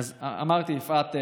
אז אמרתי, יפעת,